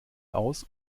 aus